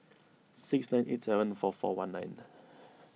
six nine eight seven four four one nine